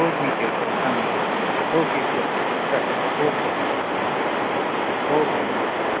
हो ठीक आहे सर चांगली गोष्ट आहे ओके चल चला ओके ओके हो हो नमस्कार सर